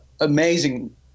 amazing